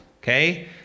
okay